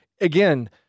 again